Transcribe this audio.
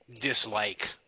dislike